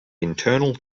internal